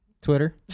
Twitter